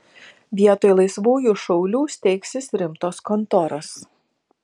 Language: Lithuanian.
vietoj laisvųjų šaulių steigsis rimtos kontoros